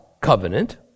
covenant